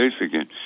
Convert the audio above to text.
again